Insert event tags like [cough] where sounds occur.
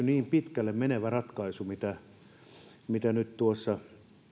[unintelligible] niin pitkälle menevä ratkaisu kuin mitä nyt tuossa